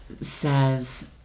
says